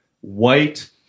white